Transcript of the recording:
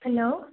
hello